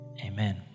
amen